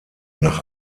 nach